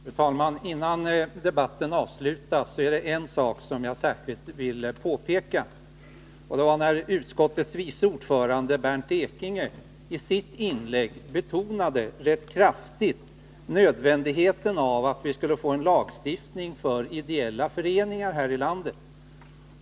Fru talman! Innan debatten avslutas är det en sak som jag särskilt vill påpeka. Utskottets vice ordförande, Bernt Ekinge, betonade i sitt inlägg rätt kraftigt nödvändigheten av att vi skulle få en lagstiftning för ideella föreningar här i landet.